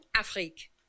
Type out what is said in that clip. Afrique